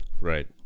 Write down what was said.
right